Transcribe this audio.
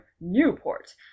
Newport